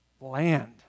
land